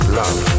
love